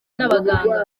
n’abaganga